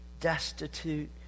destitute